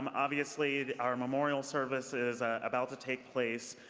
um obviously, our memorial service is about to take place.